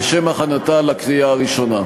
לשם הכנתה לקריאה הראשונה.